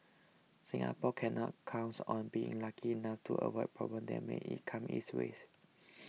Singapore cannot counts on being lucky enough to avoid problems that may E come its way